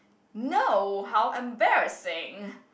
no how embarrassing